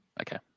okay